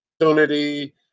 opportunity